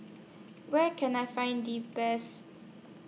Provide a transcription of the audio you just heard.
Where Can I Find The Best